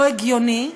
לא הגיוני,